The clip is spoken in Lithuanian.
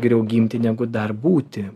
geriau gimti negu dar būti